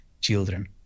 children